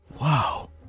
Wow